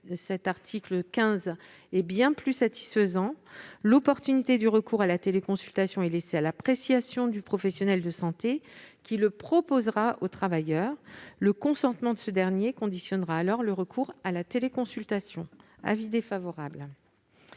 de l'article 15 est bien plus satisfaisant : l'opportunité de ce recours est laissée à l'appréciation du professionnel de santé, qui le proposera au travailleur ; le consentement de ce dernier conditionnera alors le recours à la téléconsultation. C'est pourquoi